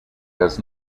does